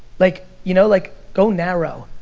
like you know, like go narrow.